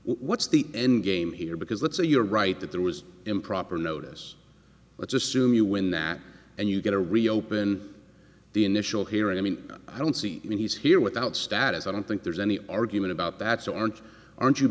what's the end game here because let's say you're right that there was improper notice let's assume you win that and you're going to reopen the initial hearing i mean i don't see i mean he's here without status i don't think there's any argument about that so aren't aren't you